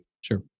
Sure